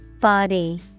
Body